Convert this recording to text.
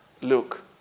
Look